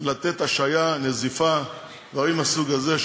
אפשרות לתת השעיה, נזיפה, דברים מהסוג הזה.